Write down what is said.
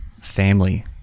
family